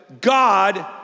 God